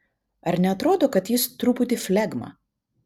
ar neatrodo kad jis truputį flegma